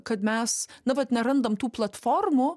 kad mes na vat nerandam tų platformų